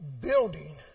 building